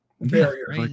Barrier